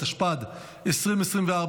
התשפ"ד 2024,